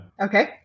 Okay